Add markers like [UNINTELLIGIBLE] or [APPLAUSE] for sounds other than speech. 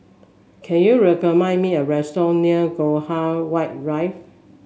can you [UNINTELLIGIBLE] me a restaurant near Graham White Rive